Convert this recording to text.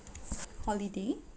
holiday